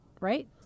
right